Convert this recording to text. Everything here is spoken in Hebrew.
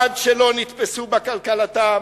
עד שלא נתפסו בקלקלתם,